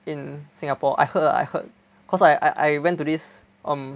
in Singapore I heard I heard cause I I went to this um